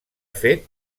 fet